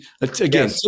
again